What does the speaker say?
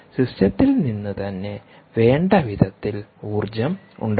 സിസ്റ്റത്തിൽ നിന്ന് തന്നെ വേണ്ടവിധത്തിൽ ഊർജ്ജം ഉണ്ടാക്കുക